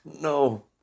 No